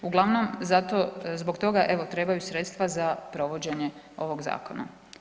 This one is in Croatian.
Uglavnom zato, zbog toga eto trebaju sredstva za provođenje ovog zakona.